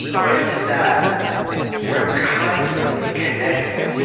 but it's that we're constantly connected.